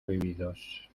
vividos